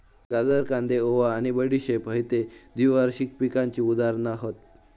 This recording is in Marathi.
गाजर, कांदे, ओवा आणि बडीशेप हयते द्विवार्षिक पिकांची उदाहरणा हत